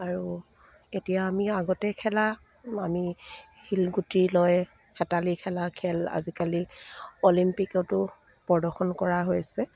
আৰু এতিয়া আমি আগতে খেলা আমি শিলগুটি লৈ হেতালি খেলা খেল আজিকালি অলিম্পিকতো প্ৰদৰ্শন কৰা হৈছে